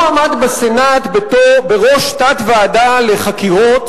הוא עמד בסנאט בראש תת-ועדה לחקירות,